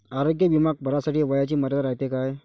आरोग्य बिमा भरासाठी वयाची मर्यादा रायते काय?